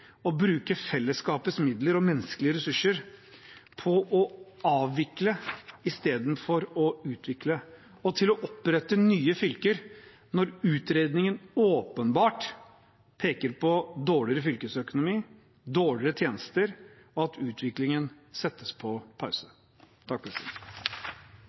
bruke fellesskapets midler og menneskelige ressurser på å avvikle istedenfor å utvikle, og til å opprette nye fylker når utredningen åpenbart peker på dårligere fylkesøkonomi, dårligere tjenester og at utviklingen settes på pause. Takk